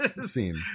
scene